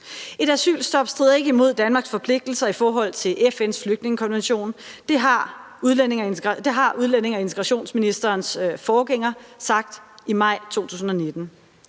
Et asylstop strider ikke imod Danmarks forpligtelser i forhold til FN's flygtningekonvention; det har udlændinge- og integrationsministerens forgænger sagt i maj 2019.